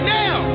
now